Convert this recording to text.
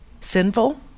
sinful